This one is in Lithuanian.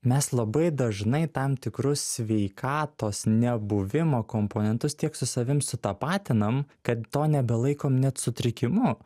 mes labai dažnai tam tikrus sveikatos nebuvimo komponentus tiek su savim sutapatinam kad to nebelaikom net sutrikimu